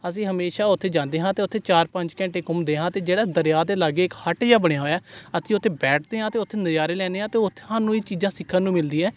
ਅਸੀਂ ਹਮੇਸ਼ਾ ਉੱਥੇ ਜਾਂਦੇ ਹਾਂ ਅਤੇ ਉੱਥੇ ਚਾਰ ਪੰਜ ਘੰਟੇ ਘੁੰਮਦੇ ਹਾਂ ਅਤੇ ਜਿਹੜਾ ਦਰਿਆ ਦੇ ਲਾਗੇ ਹੱਟ ਜਿਹਾ ਬਣਿਆ ਹੋਇਆ ਅਸੀਂ ਉੱਥੇ ਬੈਠਦੇ ਹਾਂ ਅਤੇ ਉੱਥੇ ਨਜ਼ਾਰੇ ਲੈਂਦੇ ਹਾਂ ਅਤੇ ਉੱਥੇ ਸਾਨੂੰ ਇਹ ਚੀਜ਼ਾਂ ਸਿੱਖਣ ਨੂੰ ਮਿਲਦੀ ਆ